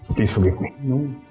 please forgive me.